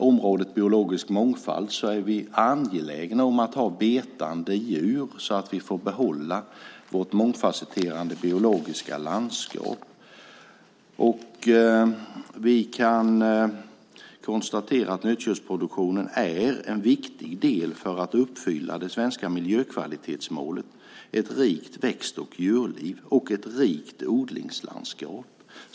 För den biologiska mångfaldens skull är vi angelägna om att ha betande djur för att behålla vårt mångfasetterade biologiska landskap. Vi kan konstatera att nötköttsproduktionen är en viktig del för att uppfylla de svenska miljökvalitetsmålen Ett rikt växt och djurliv och Ett rikt odlingslandskap.